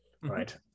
Right